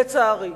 לצערי.